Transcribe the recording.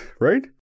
right